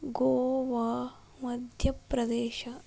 Goa Madhya Pradesh